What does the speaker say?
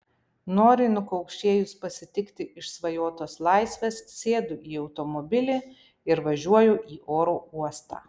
norai nukaukšėjus pasitikti išsvajotos laisvės sėdu į automobilį ir važiuoju į oro uostą